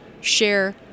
share